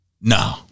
No